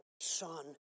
Son